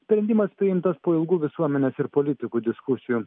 sprendimas priimtas po ilgų visuomenės ir politikų diskusijų